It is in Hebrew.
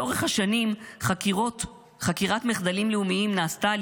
לאורך השנים חקירת מחדלים לאומיים נעשתה על